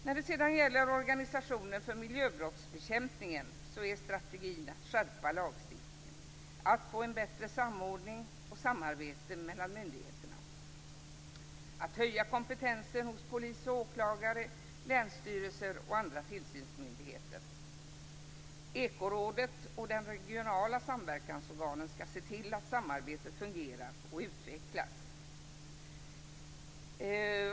När det gäller organisationen för miljöbrottsbekämpning är strategin att skärpa lagstiftningen, att få en bättre samordning och samarbete mellan myndigheterna, att höja kompetensen hos polis och åklagare, länsstyrelser och andra tillsynsmyndigheter. Ekorådet och de regionala samverkansorganen skall se till att samarbetet fungerar och utvecklas.